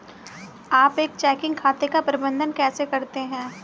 आप एक चेकिंग खाते का प्रबंधन कैसे करते हैं?